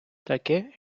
таке